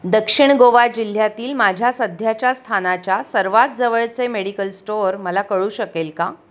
दक्षिण गोवा जिल्ह्यातील माझ्या सध्याच्या स्थानाच्या सर्वात जवळचे मेडिकल स्टोअर मला कळू शकेल का